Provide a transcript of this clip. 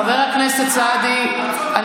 חבר הכנסת סעדי,